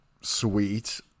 sweet